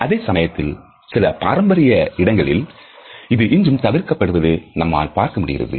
அதே சமயத்தில் சில பாரம்பரிய இடங்களில் இது இன்றும் தவிர்க்கப்படுவது நம்மால் பார்க்க முடிகிறது